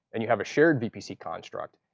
and you have a shared vpc construct,